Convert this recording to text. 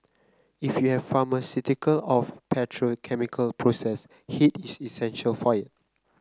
if you have pharmaceutical of petrochemical process heat is essential for it